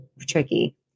tricky